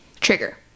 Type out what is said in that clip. trigger